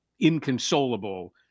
inconsolable